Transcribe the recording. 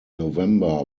november